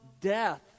death